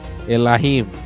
Elahim